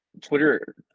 Twitter